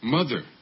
Mother